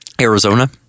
Arizona